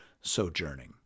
sojourning